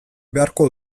beharko